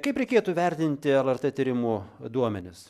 kaip reikėtų vertinti lrt tyrimų duomenis